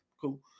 cool